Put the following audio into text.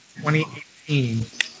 2018